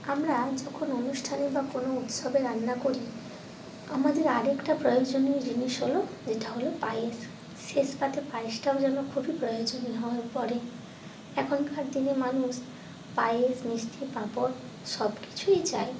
আমরা যখন অনুষ্ঠানে বা কোনো উৎসবে রান্না করি আমাদের আর একটা প্রয়োজনীয় জিনিস হলো যেটা হলো পায়েস শেষ পাতে পায়েসটাও যেন খুবই প্রয়োজনীয় হয়ে পড়ে এখনকার দিনে মানুষ পায়েস মিষ্টি পাঁপড় সব কিছুই চায়